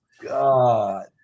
god